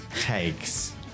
takes